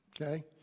Okay